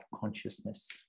consciousness